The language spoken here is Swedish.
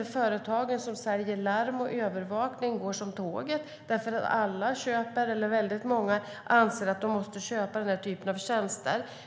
och företagen som säljer larm och övervakning går som tåget därför att väldigt många anser att de måste köpa denna typ av tjänster.